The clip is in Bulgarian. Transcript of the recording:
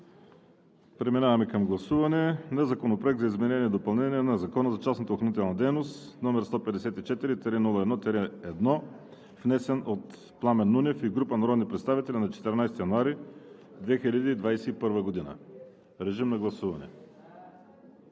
Преминаваме към гласуване на Законопроект за изменение и допълнение на Закона за частната охранителна дейност, № 154-01-1, внесен от Пламен Нунев и група народни представители на 14 януари 2021 г. Гласували